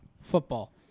football